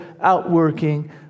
outworking